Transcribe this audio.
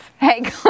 hey